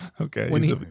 Okay